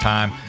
Time